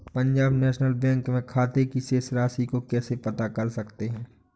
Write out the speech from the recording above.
Punjab National Bank में खाते की शेष राशि को कैसे पता कर सकते हैं?